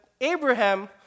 Abraham